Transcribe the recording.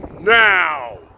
Now